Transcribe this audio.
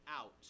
out